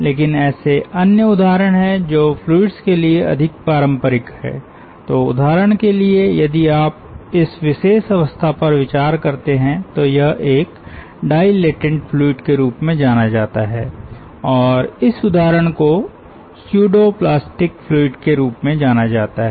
लेकिन ऐसे अन्य उदाहरण हैं जो फ्लुइड्स के लिए अधिक पारम्परिक हैं तो उदाहरण के लिए यदि आप इस विशेष अवस्था पर विचार करते हैं तो यह एक डाइलेटेन्ट फ्लूइड के रूप में जाना जाता है और इस उदाहरण को स्यूडो प्लास्टिक फ्लूइड के रूप में जाना जाता है